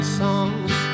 songs